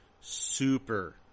Super